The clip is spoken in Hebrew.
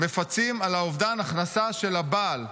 מפצים על אובדן ההכנסה של הבעל,